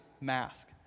mask